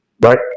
Right